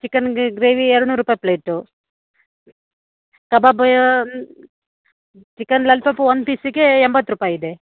chicken gravy ಎರಡು ನೂರು ರೂಪಾಯಿ ಪ್ಲೇಟು ಕಬಾಬು ಚಿಕನ್ ಲಾಲಿಪಪ್ಪು ಒಂದು ಪೀಸಿಗೆ ಎಂಬತ್ತು ರೂಪಾಯಿ ಇದೆ